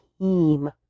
team